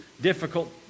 difficult